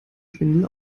schwindel